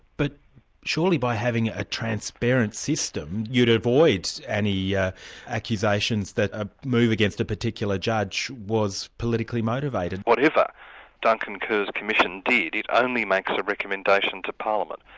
but surely, by having a transparent system you'd avoid any yeah accusations that a move against a particular judge was politically motivated? whatever duncan kerr's commission did, it only makes a recommendation to parliament.